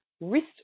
wrist